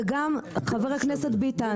וגם חבר הכנסת ביטן,